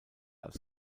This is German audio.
als